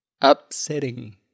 Upsetting